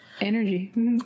Energy